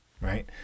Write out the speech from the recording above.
right